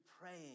praying